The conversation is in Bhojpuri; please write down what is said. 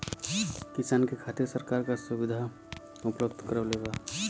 किसान के खातिर सरकार का सुविधा उपलब्ध करवले बा?